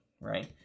right